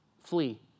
Flee